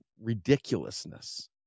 ridiculousness